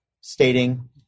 stating